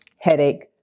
headache